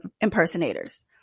impersonators